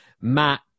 Matt